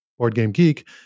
BoardGameGeek